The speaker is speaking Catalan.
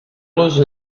los